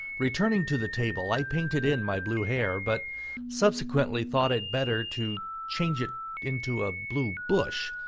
returning to the table i painted in my blue hare, but subsequently thought it better to change it into a blue bush.